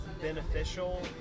beneficial